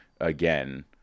again